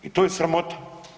I to je sramota.